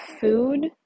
food